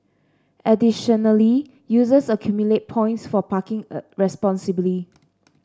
additionally users accumulate points for parking responsibly